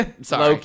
Sorry